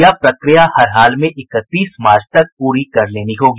यह प्रक्रिया हर हाल में इकतीस मार्च तक पूरी कर लेनी होगी